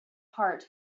heart